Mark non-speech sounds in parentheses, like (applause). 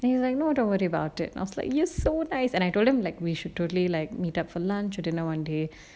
he is like no need to worry about it he was so nice and I told him like we should totally meet up for lunch or dinner one day (breath)